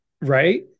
Right